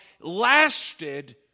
lasted